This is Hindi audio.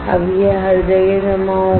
अब यह हर जगह जमा होगा